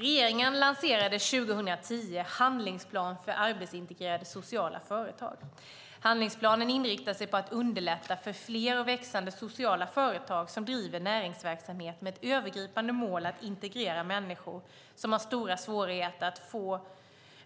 Regeringen lanserade 2010 en handlingsplan för arbetsintegrerande sociala företag. Handlingsplanen inriktar sig på att underlätta för fler och växande sociala företag som driver näringsverksamhet med ett övergripande mål att integrera människor som har stora svårigheter att få